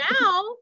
now